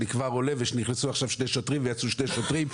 אני כבר עולה ונכנסו עכשיו שני שוטרים ויצאו שני שוטרים.